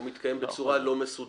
או מתקיים בצורה לא מסודרת.